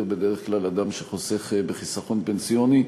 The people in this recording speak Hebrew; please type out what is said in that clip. בדרך כלל אדם שחוסך בחיסכון פנסיוני.